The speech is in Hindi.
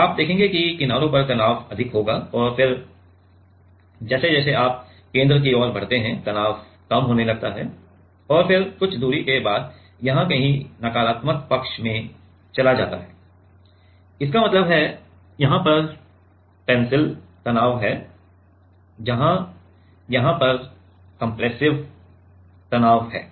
तो आप देखेंगे कि किनारों पर तनाव अधिक होगा और फिर जैसे जैसे आप केंद्र की ओर बढ़ते हैं तनाव कम होने लगता है और फिर कुछ दूरी के बाद यहां कहीं नकारात्मक पक्ष में चला जाता है इसका मतलब है यहाँ यह टेंसिल तनाव है जहाँ यहाँ यह कंप्रेसिव तनाव है